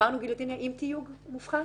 אמרנו גיליוטינה עם תיוג מופחת?